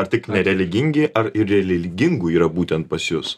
ar tik nereligingi ar ir religingų yra būtent pas jus